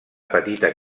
petita